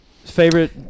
favorite